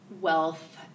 wealth